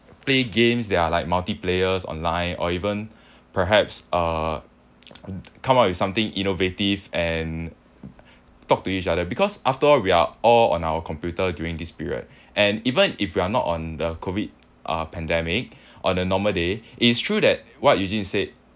play games that are like multi players online or even perhaps uh come up with something innovative and talk to each other because after all we are all on our computer during this period and even if we're not on the COVID uh pandemic on a normal day it's true that what you just said